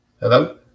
hello